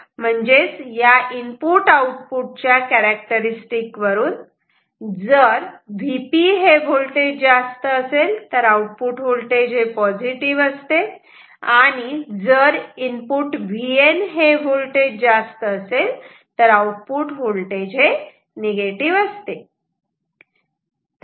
1 म्हणजेच या input output च्या कॅरॅक्टरिस्तिक वरून जर Vp हे व्होल्टेज जास्त असेल तर आउटपुट व्होल्टेज पॉझिटिव्ह असते आणि जर Vn हे व्होल्टेज जास्त असेल तर आउटपुट व्होल्टेज निगेटिव असते